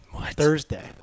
Thursday